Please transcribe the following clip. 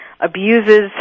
abuses